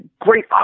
great